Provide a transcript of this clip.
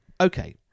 Okay